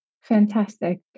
Fantastic